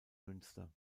münster